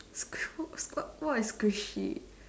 what is squishy